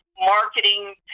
marketing